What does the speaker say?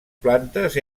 plantes